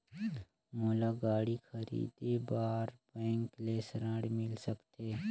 मोला गाड़ी खरीदे बार बैंक ले ऋण मिल सकथे?